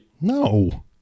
No